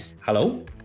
hello